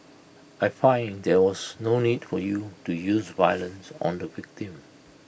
I find there was no need for you to use violence on the victim